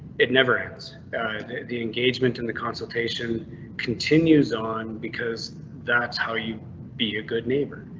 it never ends the engagement in the consultation continues on because that's how you be a good neighbor.